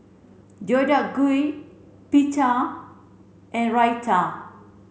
Deodeok Gui Pita and Raita